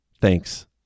Thanks